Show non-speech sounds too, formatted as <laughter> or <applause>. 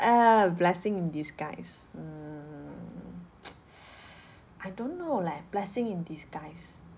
err blessing in disguise mm <noise> <breath> I don't know leh blessing in disguise